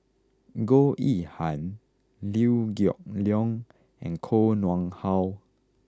Goh Yihan Liew Geok Leong and Koh Nguang How